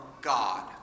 God